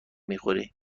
میخوری